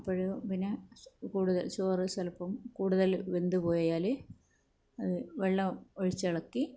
അപ്പോഴ് പിന്നെ കൂടുതൽ ചോറ് ചിലപ്പം കൂടുതൽ വെന്ത് പോയാൽ അത് വെള്ളം ഒഴിച്ചിളക്കി